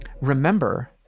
Remember